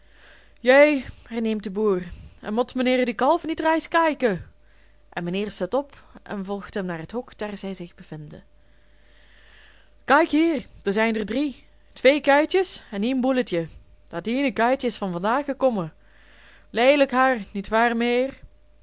jæ herneemt de boer en mot meneer de kalven niet rais kaiken en mijnheer staat op en volgt hem naar het hok daar zij zich bevinden kaik hier der zijn der drie twee kuitjes en ien bulletje dat iene kuitje is van daag ekomme leelijk haar niet waar